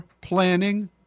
planning